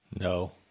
No